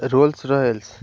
Rolls Royce